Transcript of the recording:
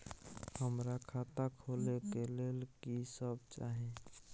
हमरा खाता खोले के लेल की सब चाही?